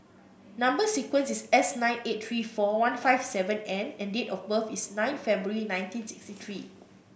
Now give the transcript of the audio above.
number sequence is S nine eight three four one five seven N and date of birth is nine February nineteen sixty three